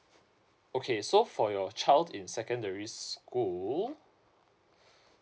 okay so for your child in secondary sschool